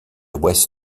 ouest